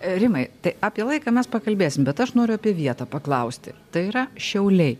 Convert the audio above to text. rimai tai apie laiką mes pakalbėsim bet aš noriu apie vietą paklausti tai yra šiauliai